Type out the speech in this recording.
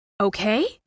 okay